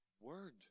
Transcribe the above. word